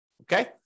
Okay